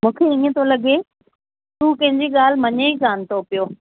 मूंखे ईअं थो लॻे हू कंहिंजी ॻाल्हि मञे ई कोन्ह थो पियो